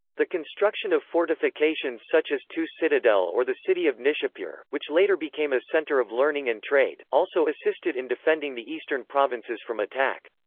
the construction of fortifications such as tus citadel or the city of nishapur, which later became a center of learning and trade, also assisted in defending the eastern provinces from attack.